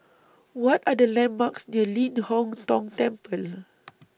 What Are The landmarks near Ling Hong Tong Temple